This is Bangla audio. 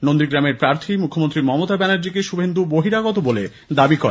নন্দীগ্রামের প্রার্থী মুখ্যমন্ত্রী মমতা ব্যানার্জিকে শুভেন্দু বহিরাগত বলে দাবি করেন